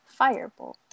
Firebolt